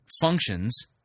functions